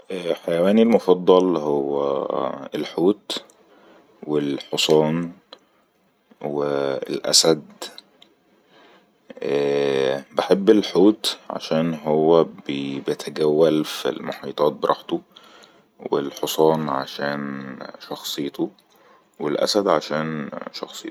حيواني المفضل هو الحوت والحصان اااء بحب الحوت عشان هو ب-بيتجول في المحيطات برحته والحصان عشان شخصيته والاسد عشان شخصيته